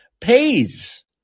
pays